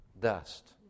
dust